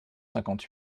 cinquante